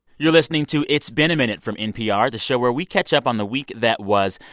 you're listening to it's been a minute from npr, the show where we catch up on the week that was.